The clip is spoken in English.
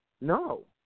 No